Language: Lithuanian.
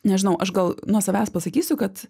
nežinau aš gal nuo savęs pasakysiu kad